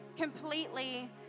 completely